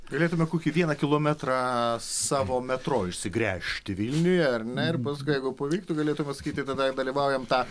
galėtume kokį vieną kilometrą savo metro išsigręžti vilniuje ar ne ir paskui jeigu pavyktų galėtume sakyti tada ir dalyvaujam tą